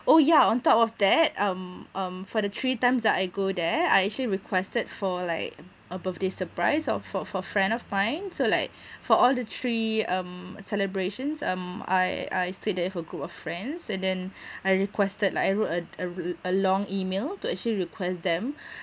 oh yeah on top of that um um for the three times that I go there I actually requested for like a birthday surprise of for for friend of mine so like for all the three um celebrations um I I stayed there with a group of friends and then I requested like I wrote a a a long email to actually request them